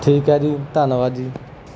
ਠੀਕ ਹੈ ਜੀ ਧੰਨਵਾਦ ਜੀ